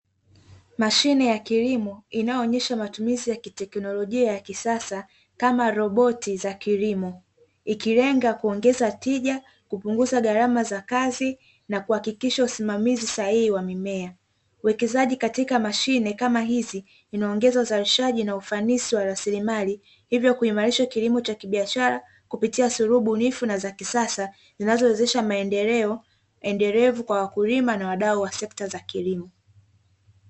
Mashine ya kilimo inaonyesha matumizi ya teknolojia ya kisasa kama roboti za kilimo, ikilenga kuongeza tija kupunguza gharama za kazi, na kuhakikisha usimamizi sahihi wa mimea, uwekezaji katika mashine kama hizi inaongeza uzalishaji na ufanisi wa rasilimali, hivyo kuimarisha kilimo cha kibiashara kupitia surubu nifu na za kisasa zinazowezesha maendeleo endelevu kwa wakulima na wadau wa sekta za kilimo.